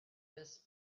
this